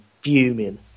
fuming